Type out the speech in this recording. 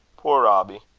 puir robbie!